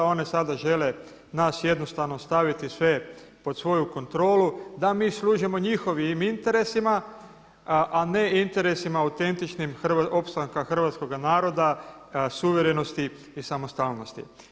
One sada žele nas jednostavno staviti sve pod svoju kontrolu da mi služimo njihovim interesima, a ne interesima autentičnim opstanka hrvatskoga naroda, suverenosti i samostalnosti.